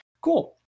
cool